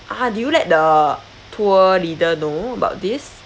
ah did you let the tour leader know about this